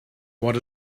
what